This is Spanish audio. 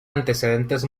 antecedentes